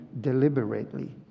deliberately